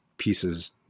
pieces